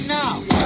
now